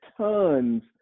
tons